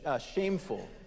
shameful